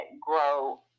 grow